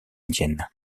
indienne